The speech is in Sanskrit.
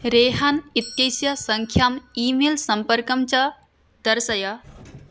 रेहान् इत्यस्य सङ्ख्याम् ईमेल् सम्पर्कं च दर्शय